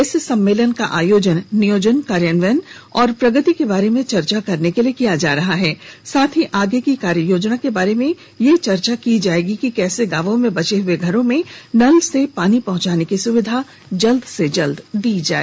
इस सम्मेलन का आयोजन नियोजन कार्यान्वयन और प्रगति के बारे में चर्चा करने के लिए किया जा रहा है साथ ही आगे की कार्ययोजना के बारे में यह चर्चा की जायेगी की जा रही है कि कैसे गांवों के बचे हए घरों में नल से पानी पहंचाने की सुविधा जल्द से जल्द सुनिश्चित की जाए